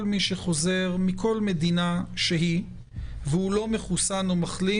מי שחוזר מכל מדינה שהיא והוא לא מחוסן או מחלים,